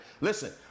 Listen